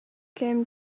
came